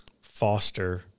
foster